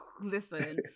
listen